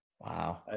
wow